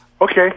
Okay